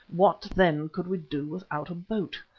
what then could we do without a boat?